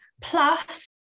plus